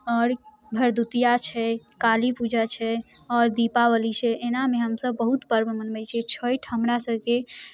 आओर भरदुतिआ छै काली पूजा छै आओर दीपावली छै एनामे हमसब बहुत पर्व मनबै छी छठि हमरासबके